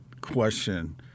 question